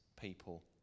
people